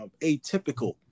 atypical